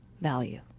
value